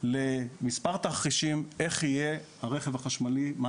למספר תרחישים איך יהיה רכב החשמל ומה